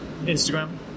Instagram